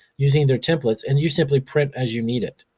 using their templates. and you simply print as you need it.